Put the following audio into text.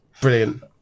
brilliant